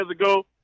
ago